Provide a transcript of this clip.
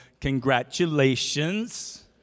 congratulations